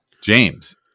James